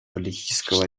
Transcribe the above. политического